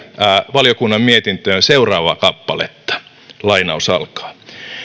valiokunnan mietintöön seuraavaa kappaletta